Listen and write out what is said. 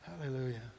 Hallelujah